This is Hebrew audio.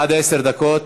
עד עשר דקות.